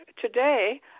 today